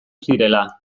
zirela